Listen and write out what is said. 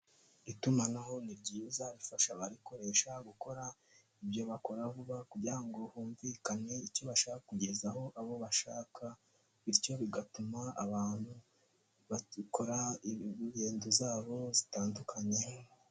Itumanaho ni ryiza, rifasha abarikoresha gukora ibyo bakora vuba kugira ngo humvikane icyo bashaka kugezaho abo bashaka, bityo bigatuma abantu badakora ingendo zabo zitandukanye.